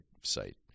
site